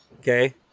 Okay